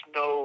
no